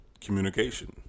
Communication